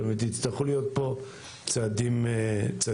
זאת אומרת יצטרכו להיות פה צעדים משלימים.